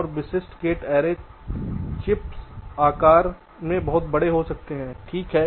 और विशिष्ट gate array chips आकार में बहुत बड़े हो सकते हैं ठीक है